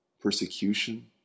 persecution